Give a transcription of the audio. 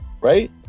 Right